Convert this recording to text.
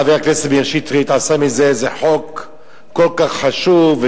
חבר הכנסת מאיר שטרית עשה מזה איזה חוק כל כך חשוב,